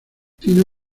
tino